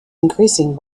increasing